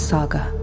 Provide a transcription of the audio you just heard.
Saga